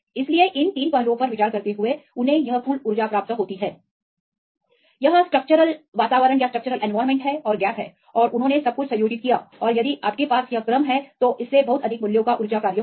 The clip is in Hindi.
इसलिए इन 3 पहलुओं पर विचार करते हुए उन्हें यह कुल ऊर्जा प्राप्त होती है यह एक है संभावित की संभावना और यह स्ट्रक्चरल वातावरण और अंतर है और उन्होंने सब कुछ संयोजित किया और यदि आपके पास यह क्रम है तो इससे बहुत अधिक मूल्यों का ऊर्जा कार्य होगा